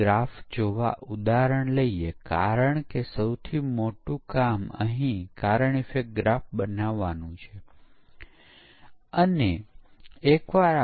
ઉદાહરણ તરીકે model base પરીક્ષણ ટૂલથી કેટલાક પ્રોગ્રામ મોડેલ જેવા કે કંટ્રોલ ફ્લો ગ્રાફ પરાધીનતા ગ્રાફ અને તેથી વધુ બન્યા છે